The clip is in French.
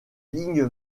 ligues